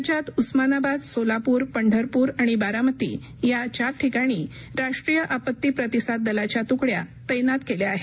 राज्यात उस्मानाबाद सोलापूर पंढरपूर आणि बारामती या चार ठिकाणी राष्ट्रीय आपत्ती प्रतिसाद दलाच्या तुकड्या तैनात केल्या आहेत